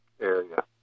Area